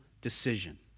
decision